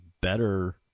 better